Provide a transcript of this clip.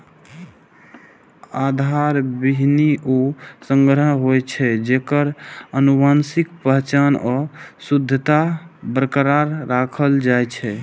आधार बीहनि ऊ संग्रह होइ छै, जेकर आनुवंशिक पहचान आ शुद्धता बरकरार राखल जाइ छै